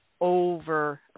over